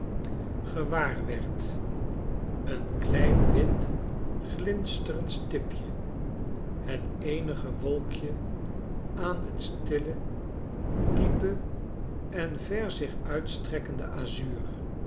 gewaar werd een klein wit glinsterend slipje het eenige wolkje aan t stille diepe en ver zich uitstrekkend